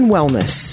Wellness